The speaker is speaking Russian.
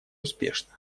успешно